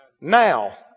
now